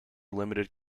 limited